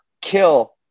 kill